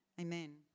amen